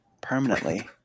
permanently